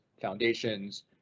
foundations